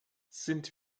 sind